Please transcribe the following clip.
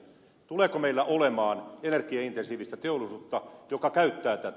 tuleeko meillä olemaan energiaintensiivistä teollisuutta joka käyttää tätä